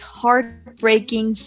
heartbreaking